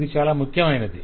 ఇది చాలా ముఖ్యమైనది